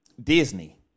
Disney